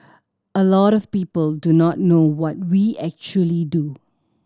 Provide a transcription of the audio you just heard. a lot of people do not know what we actually do